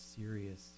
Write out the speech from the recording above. serious